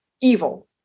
evil